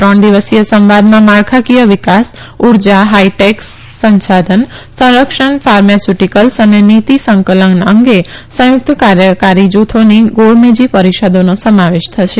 ત્રણ દિવસીય સંવાદમાં માળખાકીય વિકાસ ઉર્જા હાઈટેક સંસાધન સંરક્ષણ ફાર્માસ્યુટીકલ્સ અને નીતી સંકલન અંગે સંયુકત કાર્યકારી જુથોની ગોળમેજી પરિષદોનો સમાવેશ થશે